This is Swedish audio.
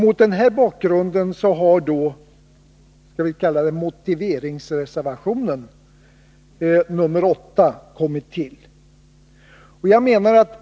Mot den här bakgrunden har reservation nr 8 — låt mig kalla den motiveringsreservationen — kommit till.